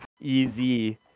Easy